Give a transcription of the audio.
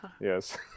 Yes